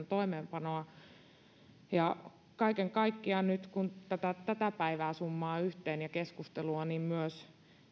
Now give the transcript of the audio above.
toimeenpanoa kaiken kaikkiaan nyt kun tätä päivää summaa yhteen ja keskustelua niin myös